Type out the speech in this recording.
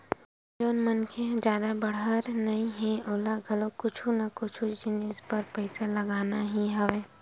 जउन मनखे ह जादा बड़हर नइ हे ओला घलो कुछु ना कुछु जिनिस बर पइसा लगना ही हवय